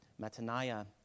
Mataniah